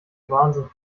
wahnsinn